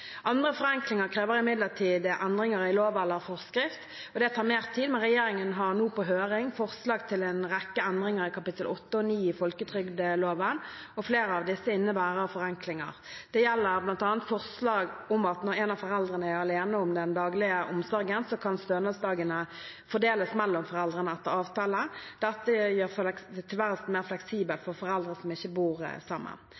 Andre forenklinger krever imidlertid endringer i lov eller forskrift. Det tar mer tid, men regjeringen har nå på høring forslag til en rekke endringer i kapittel 8 og 9 i folketrygdloven. Flere av disse innebærer forenklinger. Det gjelder bl.a.: forslag om at når en av foreldrene er alene om den daglige omsorgen, kan stønadsdagene fordeles mellom foreldrene etter avtale. Dette gjør tilværelsen mer fleksibel for foreldre som ikke bor sammen.